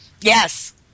Yes